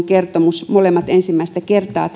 kertomus molemmat ensimmäistä kertaa